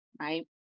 right